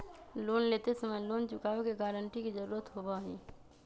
loan लेते समय loan चुकावे के गारंटी के जरुरत होबा हई